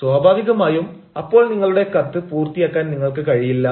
സ്വാഭാവികമായും അപ്പോൾ നിങ്ങളുടെ കത്ത് പൂർത്തിയാക്കാൻ നിങ്ങൾക്ക് കഴിയില്ല